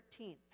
13th